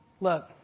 Look